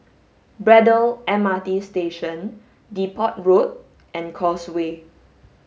Braddell M R T Station Depot Road and Causeway